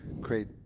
create